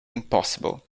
impossible